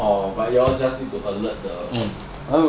orh but you all just alert the